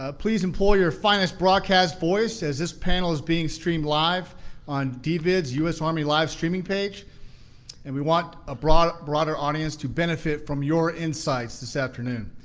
ah please employ your finest broadcast voice, as this panel is being streamed live on dvids u s. army live streaming page and we want a broader broader audience to benefit from your insights this afternoon.